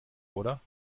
oder